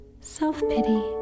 self-pity